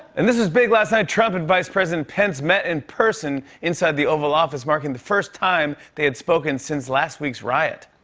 and this is big last night, trump and vice president pence met in person inside the oval office, marking the first time they had spoken since last week's riot.